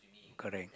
correct